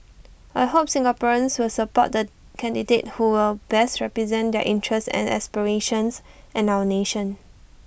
I hope Singaporeans will support the candidate who will best represent their interests and aspirations and our nation